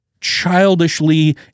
childishly